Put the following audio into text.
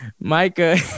Micah